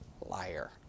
liar